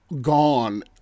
gone